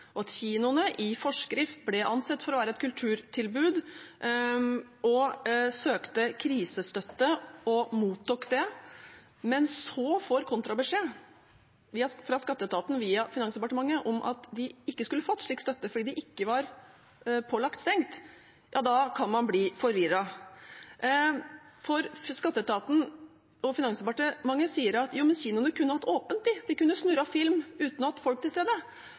og at kinoene i forskrift ble ansett for å være et kulturtilbud og søkte krisestøtte og mottok det, men så får kontrabeskjed fra skatteetaten via Finansdepartementet om at de ikke skulle fått slik støtte fordi de ikke var pålagt å stenge, ja da kan man bli forvirret. For skatteetaten og Finansdepartementet sier at kinoene kunne ha hatt åpent, de kunne snurret film uten å ha folk til stede.